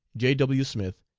j. w. smith,